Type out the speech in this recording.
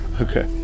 Okay